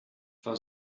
for